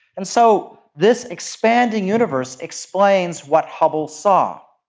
and so this expanding universe explains what hubble saw.